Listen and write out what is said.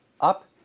up